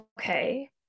okay